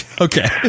Okay